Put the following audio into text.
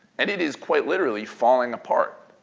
and it is quite literally falling apart,